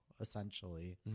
essentially